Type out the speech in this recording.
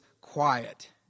quiet